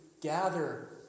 gather